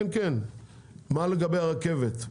מה לגבי הרכבת?